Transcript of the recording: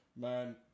man